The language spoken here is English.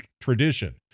tradition